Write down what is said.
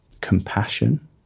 compassion